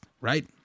right